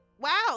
Wow